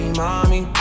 mommy